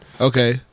Okay